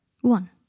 One